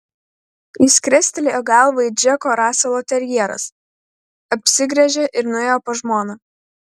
jis krestelėjo galvą it džeko raselo terjeras apsigręžė ir nuėjo pas žmoną